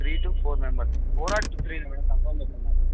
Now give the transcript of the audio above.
three two four members ఫోరా three నా madam కన్ఫాంగా చెప్పండి మేడం